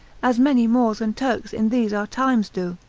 as many moors and turks in these our times do.